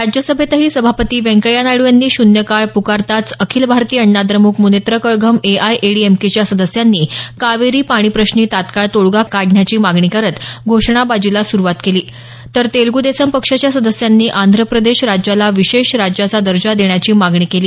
राज्यसभेतही सभापती व्यंकय्या नायडू यांनी श्न्यकाळ पुकारताच अखिल भारतीय अण्णा द्रमुक मुनेत्र कळघम एआयएडीएमकेच्या सदस्यांनी कावेरी पाणीप्रश्नी तात्काळ तोडगा काढण्याची मागणी करत घोषणाबाजीला स्रुवात केली तर तेलग् देसम पक्षाच्या सदस्यांनी आंध्र प्रदेश राज्याला विशेष राज्याचा दर्जा देण्याची मागणी केली